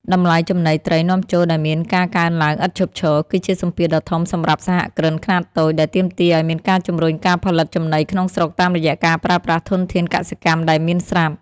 តម្លៃចំណីត្រីនាំចូលដែលមានការកើនឡើងឥតឈប់ឈរ គឺជាសម្ពាធដ៏ធំសម្រាប់សហគ្រិនខ្នាតតូច ដែលទាមទារឱ្យមានការជំរុញការផលិតចំណីក្នុងស្រុកតាមរយៈការប្រើប្រាស់ធនធានកសិកម្មដែលមានស្រាប់។